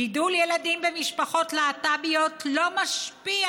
גידול ילדים במשפחות להט"ביות לא משפיע